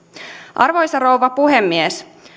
arvoisa rouva puhemies